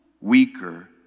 weaker